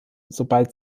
sobald